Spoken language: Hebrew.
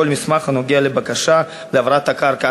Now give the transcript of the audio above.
כל מסמך הנוגע לבקשה להעברת הקרקע?